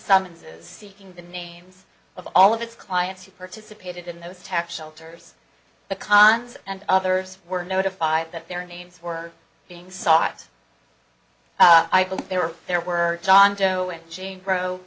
summonses seeking the names of all of its clients who participated in those tax shelters the cons and others were notified that their names were being sought i believe they were there were john doe and jane grow